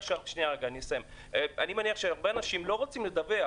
אני מניח שהרבה אנשים לא רוצים לדווח,